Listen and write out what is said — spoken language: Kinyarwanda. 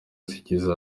zigize